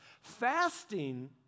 Fasting